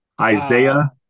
Isaiah